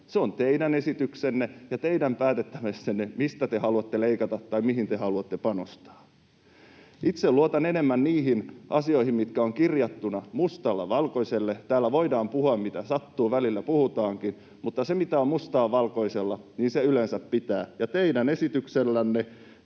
Se on teidän esityksenne ja teidän päätettävissänne, mistä te haluatte leikata tai mihin te haluatte panostaa. Itse luotan enemmän niihin asioihin, mitkä ovat kirjattuna mustalla valkoiselle. Täällä voidaan puhua, mitä sattuu, ja välillä puhutaankin, mutta se, mitä on mustaa valkoisella, yleensä pitää. Ja teidän esityksellänne